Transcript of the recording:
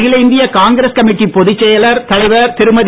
அகில இந்திய காங்கிரஸ் கமிட்டி பொதுச்செயலர் தலைவர் திருமதி